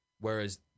Whereas